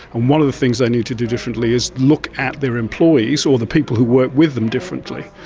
and one of the things they need to do differently is look at their employees or the people who work with um differently.